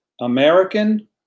American